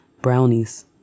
brownies